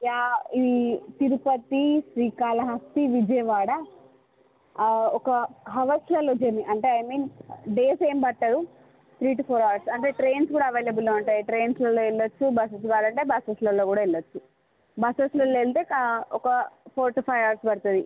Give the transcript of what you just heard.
yeah ఈ తిరుపతి శ్రీకాళహస్తి విజయవాడ ఆ ఒక అవర్స్లలో జర్నీ అంటే ఐ మీన్ డేస్ ఏమి పట్టదు త్రీ టు ఫోర్ అవర్స్ అంటే ట్రైన్స్ కూడా అవైలబుల్లో ఉంటాయి ట్రైన్స్లలో వెళ్ళచ్చు బసస్ కావాలంటే బసస్లో కూడా వెళ్ళచ్చు బస్సెస్లో వెళితే ఒక ఫోర్ టు ఫైవ్ అవర్స్ పడుతుంది